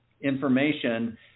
information